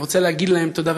אני רוצה להגיד להם תודה,